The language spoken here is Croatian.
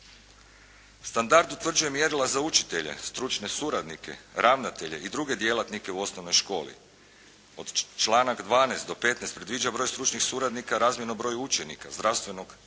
Standard utvrđuje mjerila za učitelje, stručne suradnike, ravnatelje i druge djelatnike u osnovnoj školi. Članak 12. do 15. predviđa broj stručnih suradnika razmjerno broju učenika, zdravstvenog radnika,